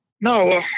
No